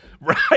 right